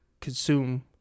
consume